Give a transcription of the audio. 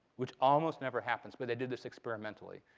which almost never happens? but they did this experimentally.